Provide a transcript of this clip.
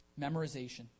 Memorization